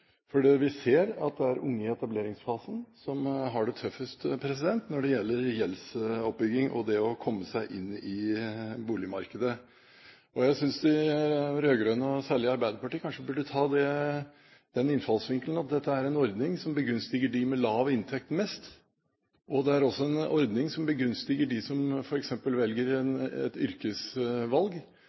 vi ser at det er unge i etableringsfasen som har det tøffest når det gjelder gjeldsoppbygging og det å komme seg inn i boligmarkedet. Jeg synes de rød-grønne, og særlig Arbeiderpartiet, burde ha den innfallsvinkelen at dette er en ordning som begunstiger dem med lav inntekt mest. Det er også en ordning som begunstiger dem som f.eks. har gjort et yrkesvalg